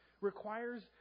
requires